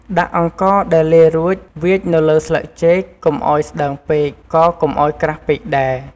ដាក់អង្ករដែលលាយរួចវាចនៅលើស្លឹកចេក កុំឱ្យស្តើងពេក ក៏កុំឱ្យក្រាស់ពេកដែរ។